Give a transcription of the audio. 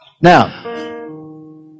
Now